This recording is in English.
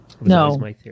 No